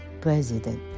president